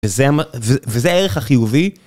וזה הערך החיובי.